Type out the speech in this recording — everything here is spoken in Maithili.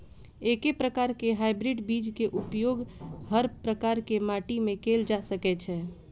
एके प्रकार केँ हाइब्रिड बीज केँ उपयोग हर प्रकार केँ माटि मे कैल जा सकय छै?